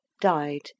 died